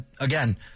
Again